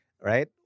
Right